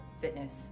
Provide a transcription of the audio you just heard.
fitness